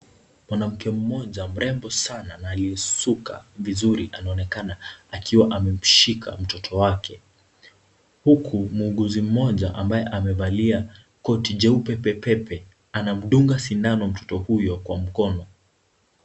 Mwanamke mmoja mrembo sana na aliyesuka vizuri anaonekana akiwa amemshika mtoto wake. Huku muuguzi mmoja ambaye amevalia koti jeupe pepepe anamdunga sindano mtoto huyo kwa mkono.